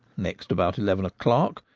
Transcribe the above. next about eleven o'clock,